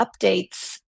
updates